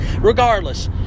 regardless